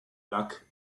black